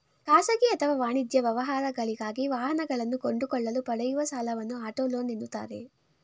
ಖಾಸಗಿ ಅಥವಾ ವಾಣಿಜ್ಯ ವ್ಯವಹಾರಗಳಿಗಾಗಿ ವಾಹನಗಳನ್ನು ಕೊಂಡುಕೊಳ್ಳಲು ಪಡೆಯುವ ಸಾಲವನ್ನು ಆಟೋ ಲೋನ್ ಎನ್ನುತ್ತಾರೆ